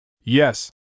Yes